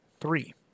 three